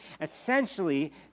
Essentially